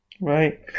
Right